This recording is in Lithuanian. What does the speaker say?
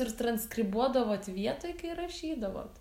ir transkribuodavot vietoj kai rašydavot